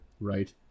right